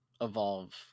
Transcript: evolve